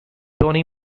tony